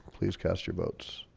please cast your votes